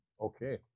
Okay